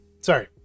sorry